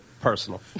personal